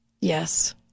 Yes